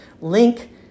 link